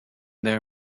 their